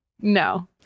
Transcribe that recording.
no